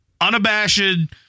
unabashed